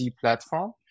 platform